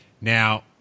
Now